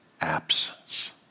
absence